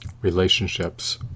relationships